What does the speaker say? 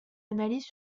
analyses